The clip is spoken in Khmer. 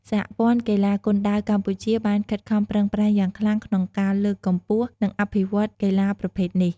សហព័ន្ធកីឡាគុនដាវកម្ពុជាបានខិតខំប្រឹងប្រែងយ៉ាងខ្លាំងក្នុងការលើកកម្ពស់ និងអភិវឌ្ឍកីឡាប្រភេទនេះ។